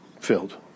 Filled